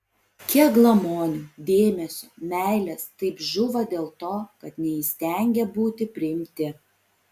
kiek glamonių dėmesio meilės taip žūva dėl to kad neįstengė būti priimti